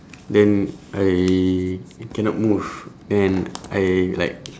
then I cannot move and I like